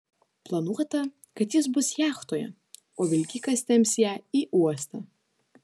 planuota kad jis bus jachtoje o vilkikas temps ją į uostą